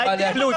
אל תיפלו,